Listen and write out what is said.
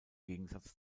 gegensatz